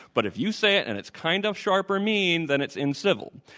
but if you say it and it's kind of sharp or mean, then it's incivil.